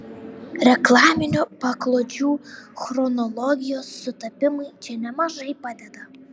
reklaminių paklodžių chronologijos sutapimai čia nemažai padeda